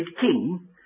king